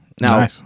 Now